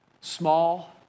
small